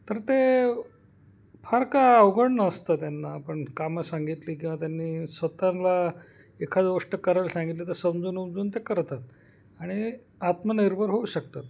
तर ते फार काय अवघडणं असतं त्यांना आपण कामं सांगितली किंवा त्यांनी स्वत ला एखादं गोष्ट करायला सांगितले तर समजून उमजून ते करतात आणि आत्मनिर्भर होऊ शकतात